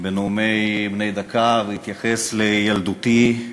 בנאומים בני דקה והתייחס לילדותי,